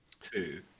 Two